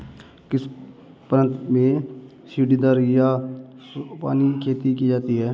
किस प्रांत में सीढ़ीदार या सोपानी खेती की जाती है?